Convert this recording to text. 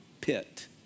pit